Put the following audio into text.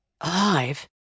alive